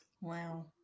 Wow